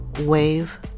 wave